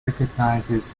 recognizes